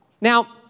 Now